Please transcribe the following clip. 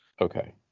Okay